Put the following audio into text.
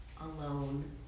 alone